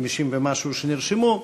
50 ומשהו שנרשמו,